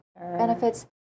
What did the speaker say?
benefits